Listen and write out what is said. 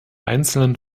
einzelnen